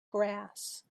grass